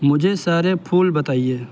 مجھے سارے پھول بتائیے